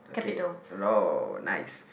okay nice